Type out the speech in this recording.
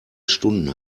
stunden